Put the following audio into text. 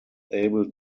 able